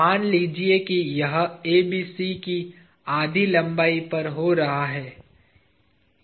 मान लीजिए कि यह ABC की आधी लंबाई पर हो रहा है